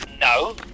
No